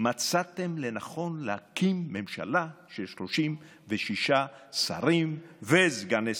מצאתם לנכון להקים ממשלה של 36 שרים וסגני שרים.